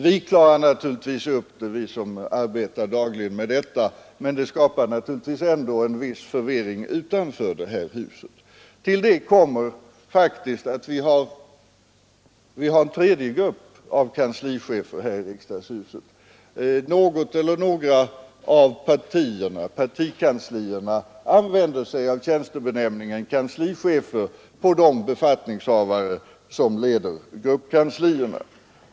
Vi som dagligen arbetar med detta klarar naturligtvis upp det hela, men det skapar nog en viss förvirring utanför detta hus. Därtill kommer att vi faktiskt har en tredje grupp av kanslichefer här i riksdagshuset. Något eller några av partikanslierna använder sig av tjänstebenämningen kanslichefer på de befattningshavare som leder gruppkanslierna.